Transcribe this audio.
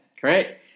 great